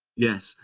yes,